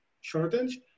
shortage